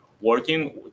working